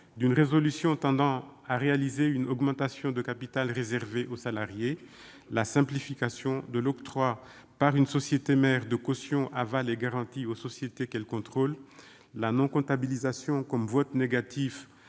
une résolution tendant à la réalisation d'une augmentation de capital réservée aux salariés, qui était inutile ; simplification de l'octroi par une société mère de cautions, avals et garanties aux sociétés qu'elle contrôle ; non-comptabilisation comme votes négatifs